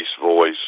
voice